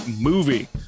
movie